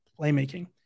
playmaking